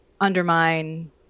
undermine